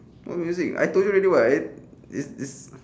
what music I told you already [what] it it it's